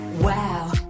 wow